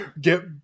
Get